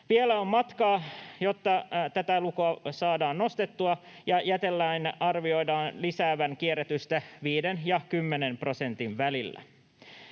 Vielä on matkaa, jotta tätä lukua saadaan nostettua, ja jätelain arvioidaan lisäävän kierrätystä viiden ja kymmenen prosentin välillä.